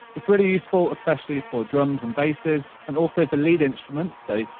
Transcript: it's really useful, especially for drums and basses, and also for lead instruments, so,